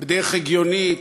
בדרך הגיונית,